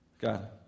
God